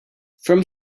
from